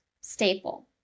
Staple